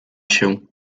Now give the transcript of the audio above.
się